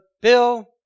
Bill